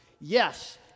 Yes